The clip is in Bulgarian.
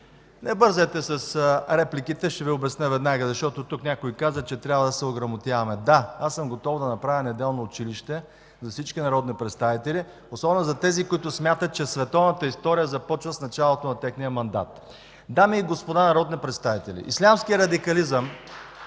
Не бързайте с репликите, ще Ви обясня веднага, защото тук някой каза, че трябва да се ограмотяваме. Да, аз съм готов да направя неделно училище на всички народни представители, особено за тези, които смятат, че световната история започва с началото на техния мандат. (Единични ръкопляскания от „Атака”.) Дами и господа народни представители, ислямският радикализъм